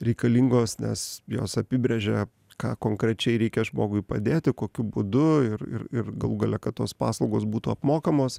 reikalingos nes jos apibrėžia ką konkrečiai reikia žmogui padėti kokiu būdu ir ir ir galų gale kad tos paslaugos būtų apmokamos